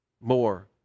more